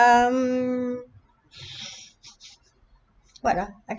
um what ah I